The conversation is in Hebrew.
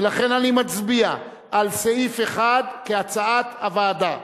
ולכן אני מצביע על סעיף 1, כהצעת הוועדה.